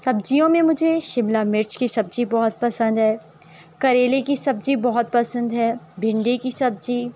سبزیوں میں مجھے شملہ مرچ کی سبزی بہت پسند ہے کریلے کی سبزی بہت پسند ہے بھنڈی کی سبزی